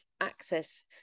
access